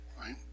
right